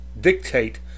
dictate